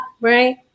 right